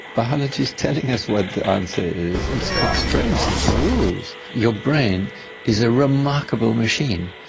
biology is telling us what the answer is, it's constraints, it's rules. your brain is a remarkable machine.